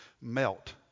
melt